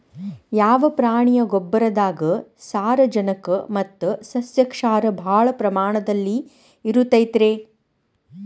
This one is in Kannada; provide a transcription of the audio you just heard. ಯಾವ ಪ್ರಾಣಿಯ ಗೊಬ್ಬರದಾಗ ಸಾರಜನಕ ಮತ್ತ ಸಸ್ಯಕ್ಷಾರ ಭಾಳ ಪ್ರಮಾಣದಲ್ಲಿ ಇರುತೈತರೇ?